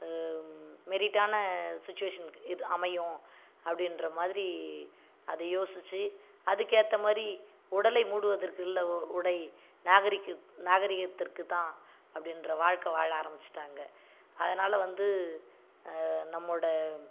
மெரிட்டான சுச்சுவேஷனுக்கு இட் அமையும் அப்படின்ற மாதிரி அதை யோசித்து அதுக்கு ஏற்ற மாதிரி உடலை மூடுவதற்கு இல்லை உ உடை நாகரிகத் நாகரிகத்திற்கு தான் அப்படின்ற வாழ்க்கை வாழ ஆரம்பிச்சிட்டாங்க அதனால் வந்து நம்மோடய